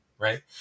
right